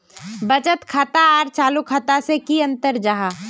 बचत खाता आर चालू खाता से की अंतर जाहा?